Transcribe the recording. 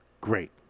great